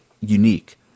unique